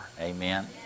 Amen